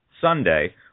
Sunday